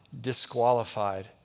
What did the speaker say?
disqualified